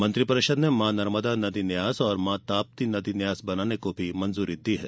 मंत्रि परिषद ने माँ नर्मदा नदी न्यास और माँ ताप्ती नदी न्यास बनाने की मंजूरी दी है